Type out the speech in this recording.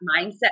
mindset